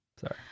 Sorry